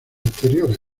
exteriores